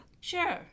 Sure